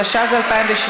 התשע"ז 2017,